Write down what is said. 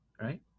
right